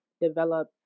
develop